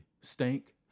stink